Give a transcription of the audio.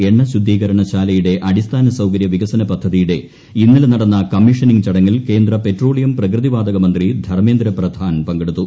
എണ്ണ ശുദ്ധീകരണ ശാലയുടെ അടിസ്ഥാന സൌകര്യ വികസന പദ്ധതിയുടെ ഇന്നലെ നടന്ന കമ്മീഷനിംഗ് ചടങ്ങിൽ കേന്ദ്ര പെട്രോളിയം പ്രകൃതിവാതക മന്ത്രി ധർമ്മേന്ദ്ര പ്രധാൻ പങ്കെടുത്തു